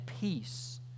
peace